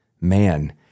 man